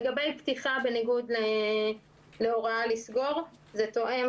לגבי פתיחה בניגוד להוראה לסגור זה תואם,